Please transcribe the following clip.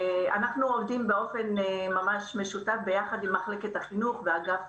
אנחנו עובדים בשיתוף מחלקת החינוך ואגף